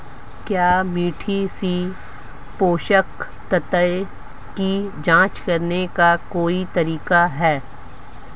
क्या मिट्टी से पोषक तत्व की जांच करने का कोई तरीका है?